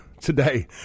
today